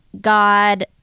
god